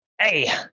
hey